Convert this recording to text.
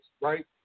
right